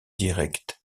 direct